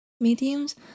mediums